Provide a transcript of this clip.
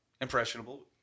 impressionable